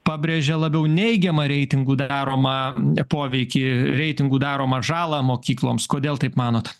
pabrėžė labiau neigiamą reitingų daromą poveikį reitingų daromą žalą mokykloms kodėl taip manot